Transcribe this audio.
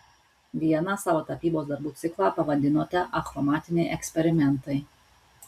vieną savo tapybos darbų ciklą pavadinote achromatiniai eksperimentai